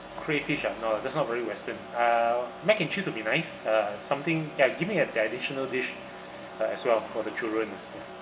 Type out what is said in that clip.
crayfish ah no that's not very western uh mac and cheese would be nice uh something ya give me a the additional dish uh as well for the children